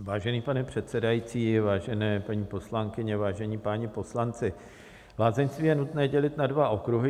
Vážený pane předsedající, vážené paní poslankyně, vážení páni poslanci, lázeňství je nutné dělit na dva okruhy.